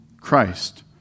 Christ